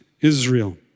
Israel